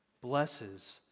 blesses